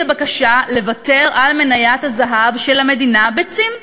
הבקשה לוותר על מניית הזהב של המדינה ב"צים".